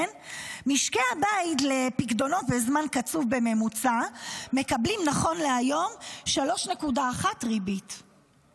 משקי הבית לפיקדונות בזמן קצוב בממוצע מקבלים 3.1% ריבית נכון להיום.